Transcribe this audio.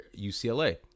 UCLA